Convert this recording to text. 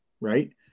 Right